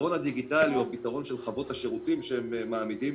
הפתרון הדיגיטלי או הפתרון של חוות השירותים שהם מעמידים,